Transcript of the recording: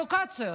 הפרובוקציות.